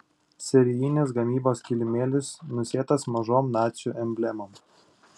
serijinės gamybos kilimėlis nusėtas mažom nacių emblemom